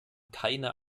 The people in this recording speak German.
keine